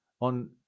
on